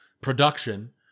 production